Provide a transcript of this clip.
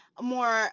more